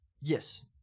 Yes